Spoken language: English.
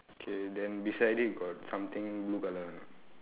okay then beside it got something blue colour or not